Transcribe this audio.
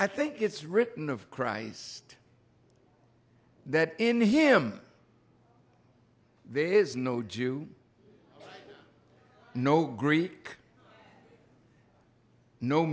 i think it's written of christ that in him there is no do you know greek no